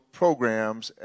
programs